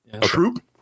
troop